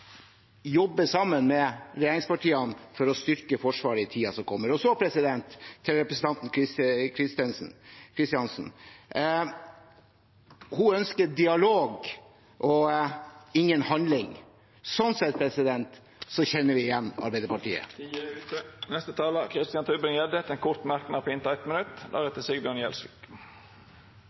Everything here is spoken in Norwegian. jobbe sammen med regjeringspartiene for å styrke Forsvaret i tiden som kommer. Så til representanten Christensen. Hun ønsker dialog og ingen handling. Sånn sett kjenner vi igjen Arbeiderpartiet. Representanten Tybring-Gjedde har hatt ordet to gonger tidlegare og får ordet til ein kort merknad, avgrensa til 1 minutt. Til representanten Lysbakken, som hadde fremragende «doublespeak» her nå i stad: Jeg lurer på